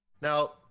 Now